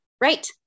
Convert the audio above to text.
right